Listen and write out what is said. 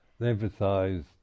emphasized